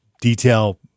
detail